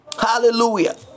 Hallelujah